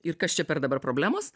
ir kas čia per dabar problemos